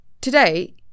Today